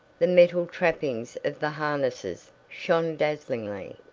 the metal trappings of the harnesses shone dazzlingly,